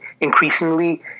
increasingly